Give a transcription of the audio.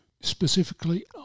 specifically